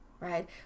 right